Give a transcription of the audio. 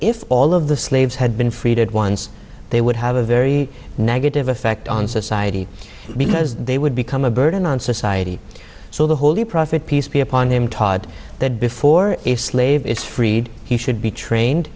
if all of the slaves had been freed at once they would have a very negative effect on society because they would become a burden on society so the holy prophet peace be upon them taught that before a slave is freed he should be trained